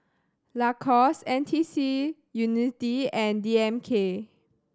Lacoste NTUC Unity and D M K